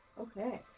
Okay